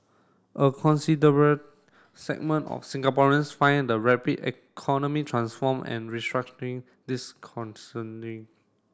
a considerable segment of Singaporeans find the rapid economic transform and restructuring disconcerting